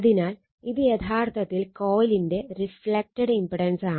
അതിനാൽ ഇത് യഥാർത്ഥത്തിൽ കോയിലിന്റെ റിഫ്ളക്റ്റഡ് ഇംപഡൻസാണ്